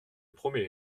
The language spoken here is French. promets